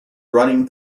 running